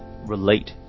relate